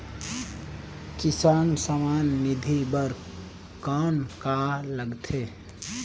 किसान सम्मान निधि बर कौन का लगथे?